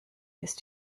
ist